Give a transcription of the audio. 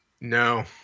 No